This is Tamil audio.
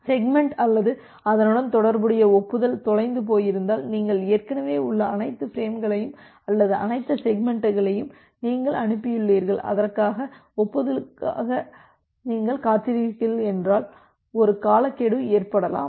செக்மெண்ட் அல்லது அதனுடன் தொடர்புடைய ஒப்புதல் தொலைந்து போயிருந்தால் நீங்கள் ஏற்கனவே உள்ள அனைத்து பிரேம்களையும் அல்லது அனைத்து செக்மெண்ட்களையும் நீங்கள் அனுப்பியுள்ளீர்கள் அதற்கான ஒப்புதலுக்காக நீங்கள் காத்திருக்கிறீர்கள் என்றால் ஒரு காலக்கெடு ஏற்படலாம்